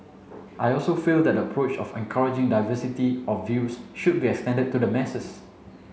I also feel that the approach of encouraging diversity of views should be extended to the masses